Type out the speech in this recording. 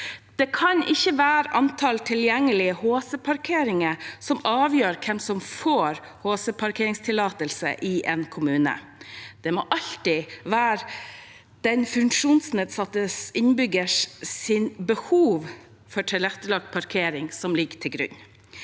Det kan ikke være antall tilgjengelige HC-parkeringsplasser som avgjør hvem som får HC-parkeringstillatelse i en kommune. Det må alltid være den funksjonsnedsatte innbyggerens behov for tilrettelagt parkering som ligger til grunn.